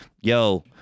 Yo